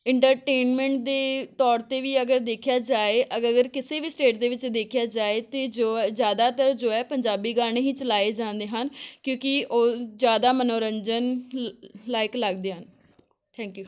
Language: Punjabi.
ਇੰਟਰਟੇਨਮੈਂਟ ਦੇ ਤੌਰ 'ਤੇ ਵੀ ਅਗਰ ਦੇਖਿਆ ਜਾਏ ਅਗਰ ਕਿਸੇ ਵੀ ਸਟੇਟ ਦੇ ਵਿੱਚ ਦੇਖਿਆ ਜਾਏ ਅਤੇ ਜੋ ਜ਼ਿਆਦਾਤਰ ਜੋ ਹੈ ਪੰਜਾਬੀ ਗਾਣੇ ਹੀ ਚਲਾਏ ਜਾਂਦੇ ਹਨ ਕਿਉਂਕਿ ਉਹ ਜ਼ਿਆਦਾ ਮੰਨੋਰੰਜਨ ਲਾਇਕ ਲੱਗਦੇ ਹਨ ਥੈਂਕ ਯੂ